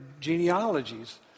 genealogies